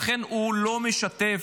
ולכן הוא לא משתף